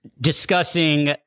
discussing